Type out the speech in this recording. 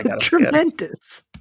tremendous